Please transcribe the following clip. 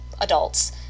adults